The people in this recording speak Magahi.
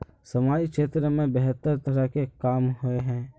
सामाजिक क्षेत्र में बेहतर तरह के काम होय है?